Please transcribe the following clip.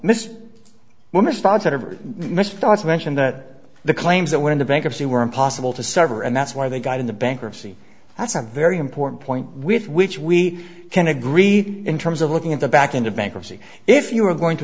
does mention that the claims that went into bankruptcy were impossible to sever and that's why they got into bankruptcy that's a very important point with which we can agree in terms of looking at the back into bankruptcy if you were going to